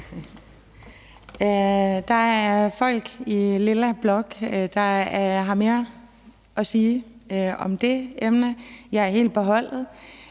Der er folk i lilla blok, der har mere at sige om det emne. Jeg er helt på holdet.